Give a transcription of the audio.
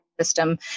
system